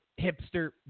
hipster